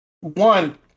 one